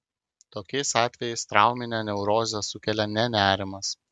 tokiais atvejais trauminę neurozę sukelia ne nerimas